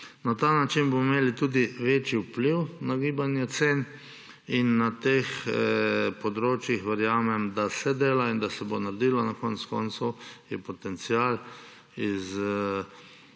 Na ta način bomo imeli tudi večji vpliv na gibanje cen. Na teh področjih verjamem, da se dela in da se bo naredilo, na koncu koncev je potencial iz